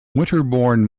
winterbourne